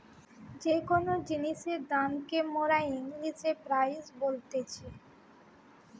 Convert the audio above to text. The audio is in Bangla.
যে কোন জিনিসের দাম কে মোরা ইংলিশে প্রাইস বলতিছি